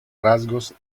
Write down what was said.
rasgos